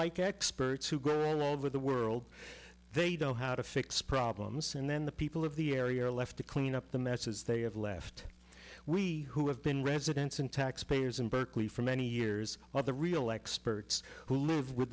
like experts who go around all over the world they don't how to fix problems and then the people of the area are left to clean up the messes they have left we who have been residents and taxpayers in berkeley for many years while the real experts who live with